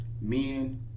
men